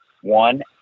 one